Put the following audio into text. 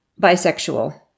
bisexual